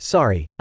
Sorry